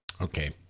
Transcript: Okay